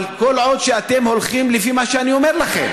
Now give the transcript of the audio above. עוד אתם הולכים לפי מה שאני אומרת לכם.